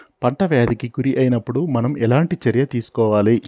పంట వ్యాధి కి గురి అయినపుడు మనం ఎలాంటి చర్య తీసుకోవాలి?